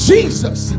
Jesus